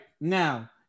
Now